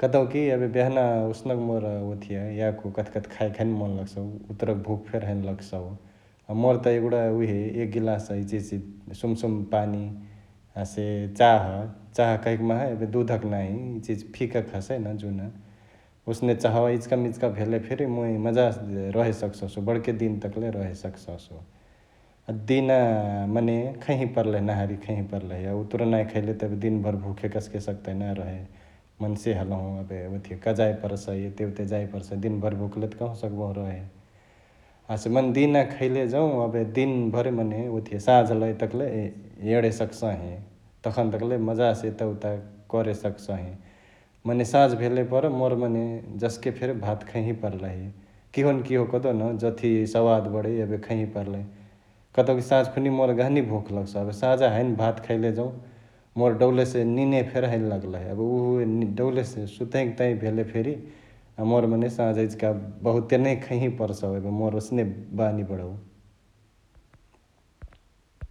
कतौकी एबे बिहना ओसनक मोर ओथिया याको कथकथी खायके हैने मन लगसउ, उतुरक भुख फेरी हैनो लगसउ । मोर त एगुडा उहे एक गिलास इचहिच सुमसुम पानी हसे चाह ,चाह कहैक माहा एबे दुधक नाँही इचहिच फिका क हसै न जुन, ओसने चाहवा इचिकामिचिका भेले फेरी मुइ मजासे रहे सक्ससु बड्के दिन तकले रहे सक्ससु । अ दिना मने खैही पर्लही नहारी खैही पर्लहि, उतुरा नंही खैले त दिन भरी भुखे कस्के सक्तई ना रहे मन्से हलहु एबे, ओथिय कजाए परसई, एतेओते जाए परसई । दिनभरी भुखले त कँहवा सकबहु रहे । हसे मने दिना खैले जौं एबे दिनभरी मने ओथिया सांझालई तकले एडे सकसही तखनतक्ले मजसे एताउता करे सकसही । मने साँझ भेलेपर मोर मने जस्केफेरी भात खैँही पर्लहि, किहोनकिहो कहदेउन जथी सवाद बडै एबे खैंही पर्लही कतौकी सांझ खुनि मोर गहनी भुख लगसउ । साँझा हैने भात खैले जौं मोर डौले से निंने फेरी हैने लगलही एबे उहे डौलेसे सुतही तहिया भेले फेरी मोर मने साझा इचिका बहुते नै खैंही परसउ मोर ओसने नि बानी बडउ ।